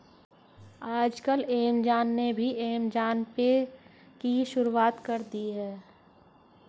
आजकल ऐमज़ान ने भी ऐमज़ान पे की शुरूआत कर दी है